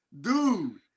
Dude